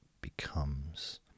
becomes